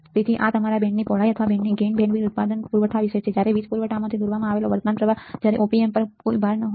તેથી આ તમારા બેન્ડની પહોળાઈ અથવા બેન્ડ ગેઈન બેન્ડવિડ્થ ઉત્પાદન પુરવઠા વિશે છે જ્યારે વીજ પૂરવઠામાંથી દોરવામાં આવેલ વર્તમાન પ્રવાહ જ્યારે op amp પર કોઈ ભાર ન હોય